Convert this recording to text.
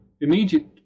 immediate